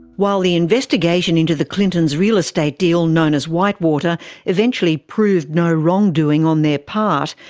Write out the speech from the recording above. while the investigation into the clintons' real estate deal known as whitewater eventually proved no wrongdoing on their part,